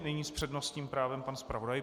Nyní s přednostním právem pan zpravodaj.